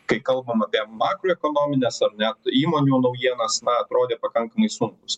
kai kalbam apie makroekonomines ar ne įmonių naujienas na atrodė pakankamai sunkūs